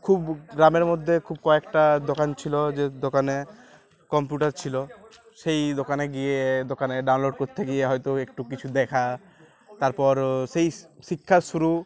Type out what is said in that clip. খুব গ্রামের মধ্যে খুব কয়েকটা দোকান ছিলো যে দোকানে কম্পিউটার ছিলো সেই দোকানে গিয়ে দোকানে ডাউনলোড করতে গিয়ে হয়তো একটু কিছু দেখা তারপর সেই শিক্ষা শুরু